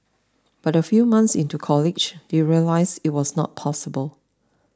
but a few months into college they realised it was not possible